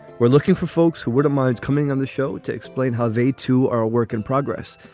we're looking for folks who wouldn't mind coming on the show to explain how they, too, are a work in progress.